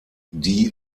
die